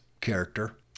character